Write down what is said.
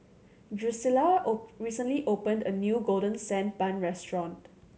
Drusilla recently opened a new Golden Sand Bun restaurant